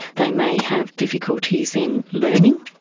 they may have difficulties in learning.